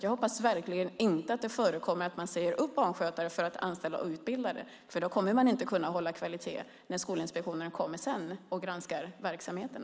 Jag hoppas verkligen inte att det förekommer att man säger upp barnskötare för att anställa outbildade, för då kommer man inte att kunna hålla kvaliteten när Skolinspektionen sedan kommer och granskar verksamheten.